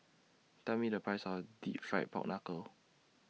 Tell Me The Price of Deep Fried Pork Knuckle